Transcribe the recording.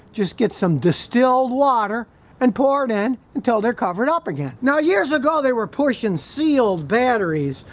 just get some distilled water and pour it in until they're covered up again, now years ago they were pushing sealed batteries,